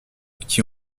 qui